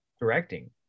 directing